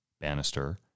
Bannister